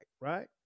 right